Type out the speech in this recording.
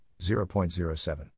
0.07